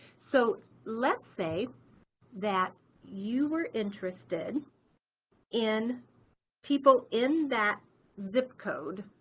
so let's say that you were interested in people in that zip code